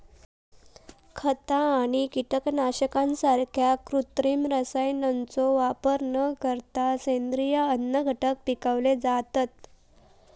खता आणि कीटकनाशकांसारख्या कृत्रिम रसायनांचो वापर न करता सेंद्रिय अन्नघटक पिकवले जातत